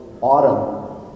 autumn